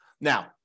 Now